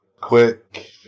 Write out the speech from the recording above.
Quick